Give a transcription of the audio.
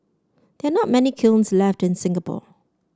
there are not many kilns left in Singapore